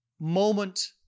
moment